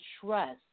trust